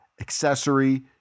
accessory